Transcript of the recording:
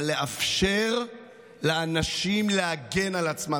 אבל לאפשר לאנשים להגן על עצמם.